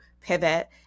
pivot